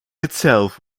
itself